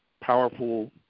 powerful